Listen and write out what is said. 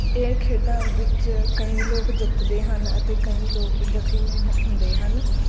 ਇਹ ਖੇਡਾਂ ਵਿੱਚ ਕਈ ਲੋਕ ਜਿੱਤਦੇ ਹਨ ਅਤੇ ਕਈ ਲੋਕ ਜ਼ਖਮੀ ਹ ਹੁੰਦੇ ਹਨ